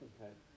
Okay